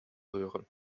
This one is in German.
hören